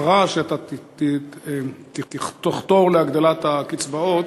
ההצהרה שתחתור להגדלת הקצבאות.